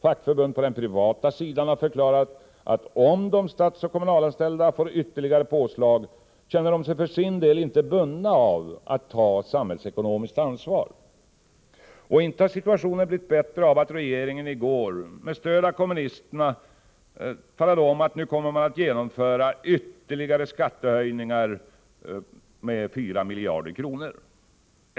Fackförbund på den privata sidan har förklarat, att om de statsoch kommunalanställda får ytterligare påslag, känner de sig för sin del inte bundna av att ta samhällsekonomiskt ansvar. Och inte har situationen blivit bättre av att regeringen i går talade om att man med stöd av kommunisterna nu kommer att genomföra ytterligare skattehöjningar på 4 miljarder kronor.